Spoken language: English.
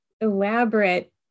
elaborate